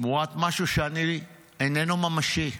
תמורת משהו שאיננו ממשי,